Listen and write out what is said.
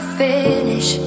finish